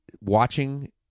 watching